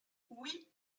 oui